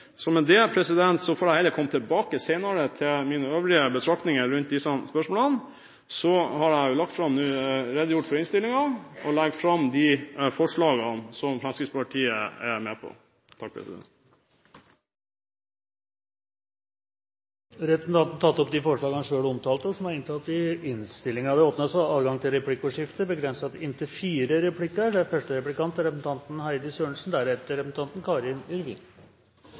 så jeg får heller komme tilbake til mine øvrige betraktninger rundt disse spørsmålene senere. Jeg har nå redegjort for innstillingen og tar opp de forslagene som Fremskrittspartiet er med på. Da har representanten Tord Lien tatt opp de forslagene han omtalte, og som er inntatt i innstillingen. Det åpnes for replikkordskifte, begrenset til inntil fire replikker. Jeg er